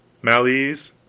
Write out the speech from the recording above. mal-ease.